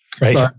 Right